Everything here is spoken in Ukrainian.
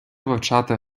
вивчати